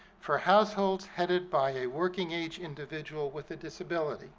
for households headed by a working-age individual with a disability